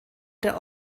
der